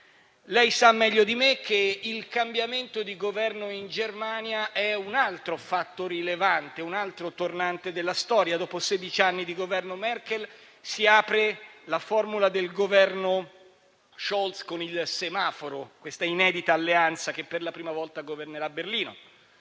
lei sa meglio di me che il cambiamento di Governo in Germania è un altro fatto rilevante, un altro tornante della storia; dopo sedici anni di governo Merkel, si apre la formula del Governo Scholz con il cosiddetto semaforo, questa inedita alleanza che per la prima volta governerà Berlino.